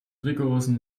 rigorosen